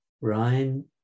Ryan